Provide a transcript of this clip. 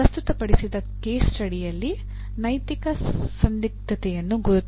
ಪ್ರಸ್ತುತ ಪಡಿಸಿದ ಕೇಸ್ ಸ್ಟಡಿಯಲ್ಲಿ ನೈತಿಕ ಸಂದಿಗ್ಧತೆಯನ್ನು ಗುರುತಿಸಿ